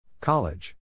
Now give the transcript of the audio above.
College